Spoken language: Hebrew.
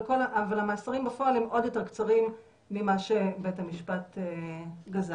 אבל המאסרים בפועל הם עוד יותר קצרים ממה שבית המשפט גזר.